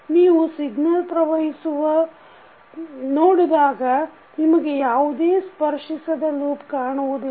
ನೀವು ಸಿಗ್ನಲ್ ಪ್ರವಹಿಸುವ ನೋಡಿದಾಗ ನಿಮಗೆ ಯಾವುದೇ ಸ್ಪರ್ಶಿಸದ ಲೂಪ್ ಕಾಣುವುದಿಲ್ಲ